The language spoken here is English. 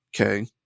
Okay